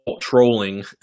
trolling